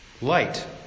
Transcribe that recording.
light